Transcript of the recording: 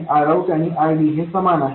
Rout आणि RD हे समान आहेत